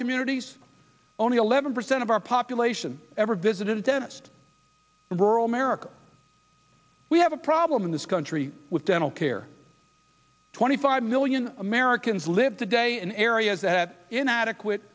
communities only eleven percent of our population ever visited the dentist rural america we have a problem in this country with dental care twenty five million americans live today in areas that inadequate